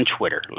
Twitter